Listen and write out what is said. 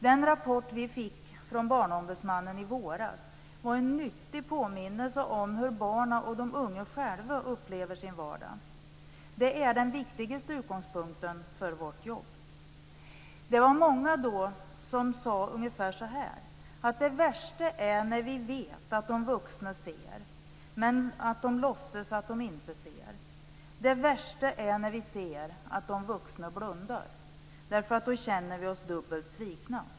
Den rapport som vi fick från Barnombudsmannen i våras var en nyttig påminnelse om hur barnen och de unga själva upplever sin vardag. Det är den viktigaste utgångspunkten för vårt arbete. Många av dem sade ungefär så här: "Det värsta är när vi vet att de vuxna ser men låtsas att de inte ser. Det värsta är när vi ser att de vuxna blundar därför att då känner vi oss dubbelt svikna."